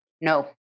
No